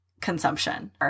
consumption